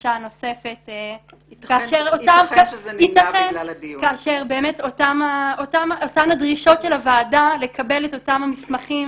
בקשה נוספת כאשר באמת אותן הדרישות של הוועדה לקבל את המסמכים